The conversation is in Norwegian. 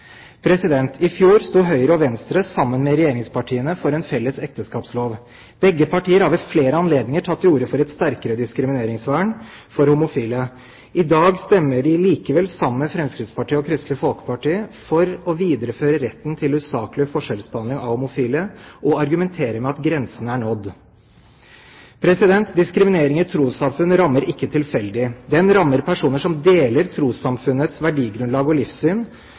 I fjor sto Høyre og Venstre sammen med regjeringspartiene om en felles ekteskapslov. Begge partier har ved flere anledninger tatt til orde for et sterkere diskrimineringsvern for homofile. I dag stemmer de likevel sammen med Fremskrittspartiet og Kristelig Folkeparti for å videreføre retten til usaklig forskjellsbehandling av homofile, og argumenterer med at grensen er nådd. Diskriminering i trossamfunn rammer ikke tilfeldig. Den rammer personer som deler trossamfunnets verdigrunnlag og livssyn.